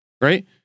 right